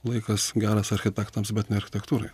laikas geras architektams bet ne architektūrai